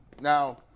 Now